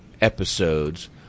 episodes